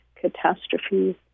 catastrophes